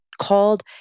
called